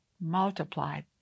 multiplied